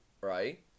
right